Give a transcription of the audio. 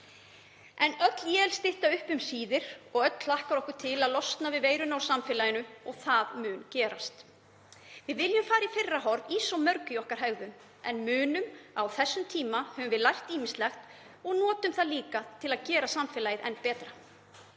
En öll él birtir upp um síðir og öll hlökkum við til að losna við veiruna úr samfélaginu og það mun gerast. Við viljum fara í fyrra horf í svo mörgu í okkar hegðun, en munum að á þessum tíma höfum við lært ýmislegt og notum það líka til að gera samfélagið enn betra.